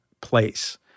place